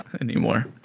anymore